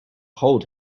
hold